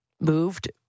moved